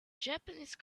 japanese